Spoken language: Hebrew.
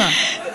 אנא.